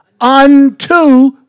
Unto